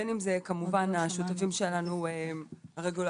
בין אם זה כמובן השותפים שלנו הרגולטורים,